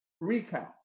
recount